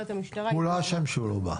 הוא לא אשם שהוא לא בא.